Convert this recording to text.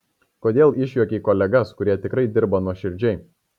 kodėl išjuokei kolegas kurie tikrai dirba nuoširdžiai